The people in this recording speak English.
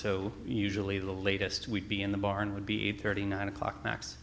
so usually the latest would be in the barn would be eight thirty nine o'clock